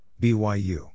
BYU